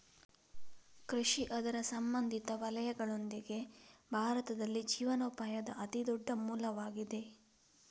ಕೃಷಿ ಅದರ ಸಂಬಂಧಿತ ವಲಯಗಳೊಂದಿಗೆ, ಭಾರತದಲ್ಲಿ ಜೀವನೋಪಾಯದ ಅತಿ ದೊಡ್ಡ ಮೂಲವಾಗಿದೆ